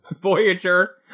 Voyager